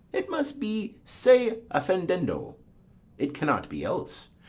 it must be se offendendo it cannot be else.